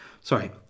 sorry